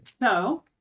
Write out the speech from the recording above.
No